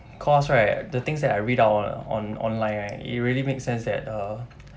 cause right the things that I read out on on online right it really make sense that uh